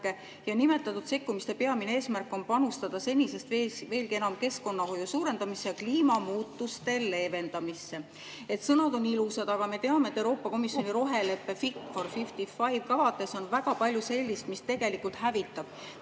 Nimetatud sekkumiste peamine eesmärk on panustada senisest veelgi enam keskkonnahoiu suurendamisse ja kliimamuutuste leevendamisse [---]." Sõnad on ilusad, aga me teame, et Euroopa Komisjoni roheleppe "Fit for 55" kavades on väga palju sellist, mis tegelikult hävitab